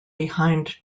behind